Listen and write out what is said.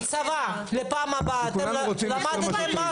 הצבא, לפעם הבאה למדתם משהו?